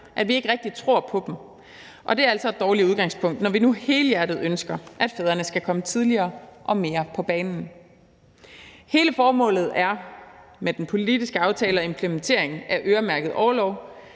at vi ikke rigtig tror på dem. Og det er altså et dårligt udgangspunkt, når vi nu helhjertet ønsker, at fædrene skal komme tidligere og mere på banen. Hele formålet med den politiske aftale, som implementerer EU's direktiv,